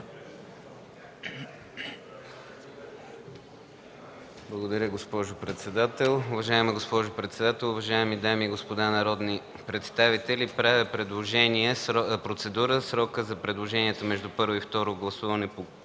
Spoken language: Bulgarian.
Благодаря, господин председател.